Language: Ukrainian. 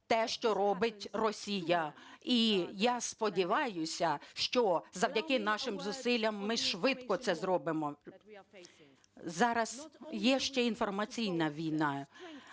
те, що робить Росія. І я сподіваюся, що завдяки нашим зусиллям ми швидко це зробимо. Зараз є ще інформаційна війна,